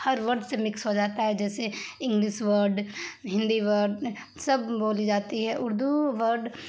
ہر word سے mix ہو جاتا ہے جیسے انگلس ورڈ ہندی ورڈ سب بولی جاتی ہے اردو ورڈ